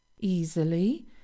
easily